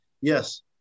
yes